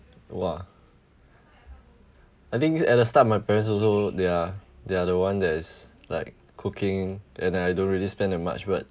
!wah! I think at the start my parents also they are they are the one that is like cooking and then I don't really spend that much but